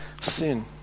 sin